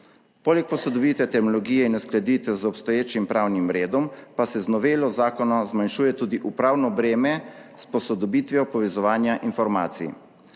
Poleg posodobitve terminologije in uskladitve z obstoječim pravnim redom pa se z novelo zakona zmanjšuje tudi upravno breme s posodobitvijo povezovanja informacij.